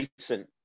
recent